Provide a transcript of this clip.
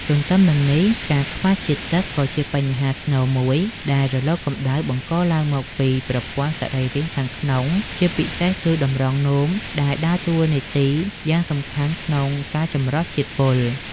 ទន្ទឹមនឹងនេះ ការខ្វះជាតិទឹកក៏ជាបញ្ហាស្នូលមួយដែលរលកកម្ដៅបង្កឡើងមកលើប្រព័ន្ធសរីរាង្គខាងក្នុង ជាពិសេសគឺតម្រងនោមដែលដើរតួនាទីយ៉ាងសំខាន់ក្នុងការចម្រោះជាតិពុល។